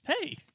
Hey